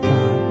God